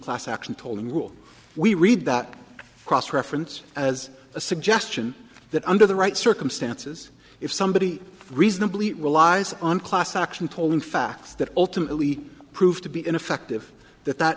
class action tolling rule we read that cross reference as a suggestion that under the right circumstances if somebody reasonably relies on class action tolling facts that ultimately prove to be ineffective that that